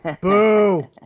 Boo